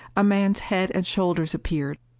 a man's head and shoulders appeared.